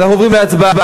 אנחנו עוברים להצבעה.